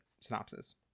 synopsis